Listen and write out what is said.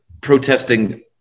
protesting